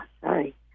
sorry